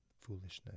foolishness